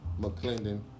McClendon